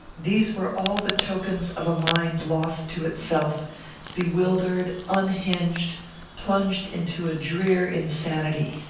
these were all the tokens of a mind lost to itself bewildered unhinged plunged into a drear insanity.